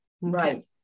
right